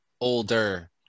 older